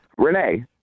Renee